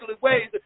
ways